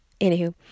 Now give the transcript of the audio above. Anywho